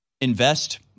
invest